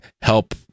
help